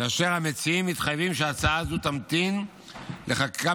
המציעים מתחייבים שההצעה הזו תמתין לחקיקה